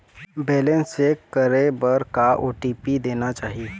Balance check करे बर का ओ.टी.पी देना चाही?